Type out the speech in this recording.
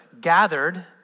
gathered